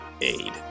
aid